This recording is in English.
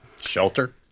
Shelter